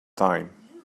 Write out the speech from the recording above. time